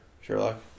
Sherlock